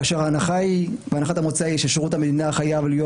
כאשר הנחת המוצא היא ששירות המדינה חייב להיות